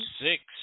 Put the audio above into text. six